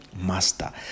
master